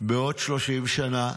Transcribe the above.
בעוד 30 שנה,